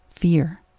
fear